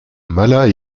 mala